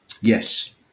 Yes